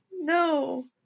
No